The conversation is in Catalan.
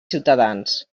ciutadans